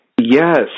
Yes